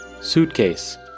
suitcase